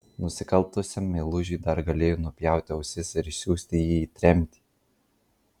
nusikaltusiam meilužiui dar galėjo nupjauti ausis ar išsiųsti jį į tremtį